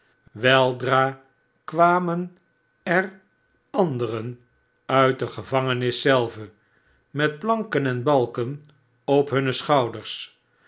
weldra kwamen er anderen uit de gevangenis zelve met planken en balken op hunne schouders